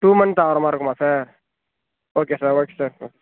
two month ஆகுற மாதிரி இருக்குமா sir okay sir okay sir ஆ